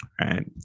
right